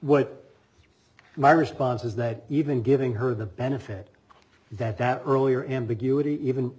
what my response is that even giving her the benefit that that earlier ambiguity even